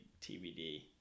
tbd